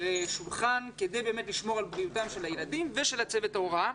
שולחן כדי באמת לשמור על בריאותם של הילדים ושל צוות ההוראה.